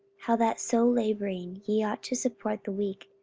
how that so labouring ye ought to support the weak,